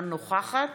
אינה נוכחת